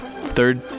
third